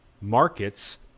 markets